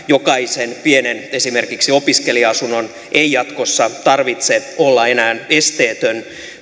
jokaisen pienen esimerkiksi opiskelija asunnon ei jatkossa tarvitse olla esteetön